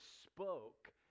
spoke